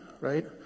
right